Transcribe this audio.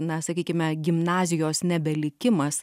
na sakykime gimnazijos nebelikimas